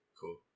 Cool